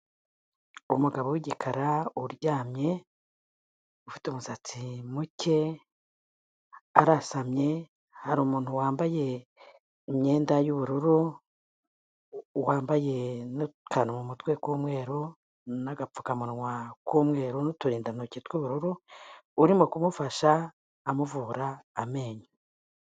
Umugabo w'igikara uryamye, ufite umusatsi muke, arasamye, hari umuntu wambaye imyenda y'ubururu, wambaye n'akantu mu mutwe k'umweru n'agapfukamunwa k'umweru n'uturindantoki tw'ubururu, urimo kumufasha amuvura amenyo.